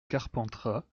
carpentras